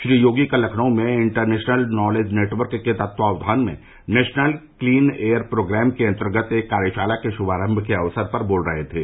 श्री योगी कल लखनऊ में national knowledge network के तत्वावधान में नेशनल क्लीन एयर प्रोग्राम के अन्तर्गत एक कार्यशाला के शुभारम्भ के अवसर पर बोल रहे थे